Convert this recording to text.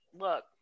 look